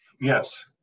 Yes